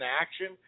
action